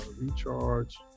recharge